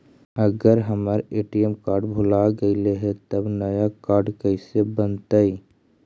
अगर हमर ATM card भुला गैलै हे तब नया काड कइसे बनतै?